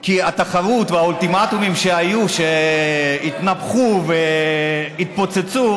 כי התחרות והאולטימטומים שהיו, שהתנפחו והתפוצצו,